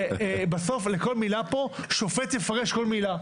בסוף השופט יפרש כל מילה שנמצאת כאן.